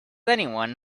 anyone